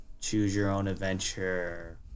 Choose-Your-Own-Adventure